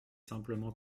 simplement